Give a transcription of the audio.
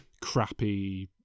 crappy